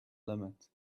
limit